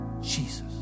Jesus